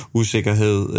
usikkerhed